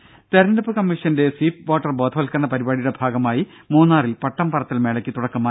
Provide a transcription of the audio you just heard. രും തിരഞ്ഞെടുപ്പ് കമ്മീഷന്റെ സ്വീപ് വോട്ടർ ബോധവത്കരണ പരിപാടിയുടെ ഭാഗമായി മൂന്നാറിൽ പട്ടം പറത്തൽ മേളയ്ക്ക് തുടക്കമായി